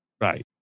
Right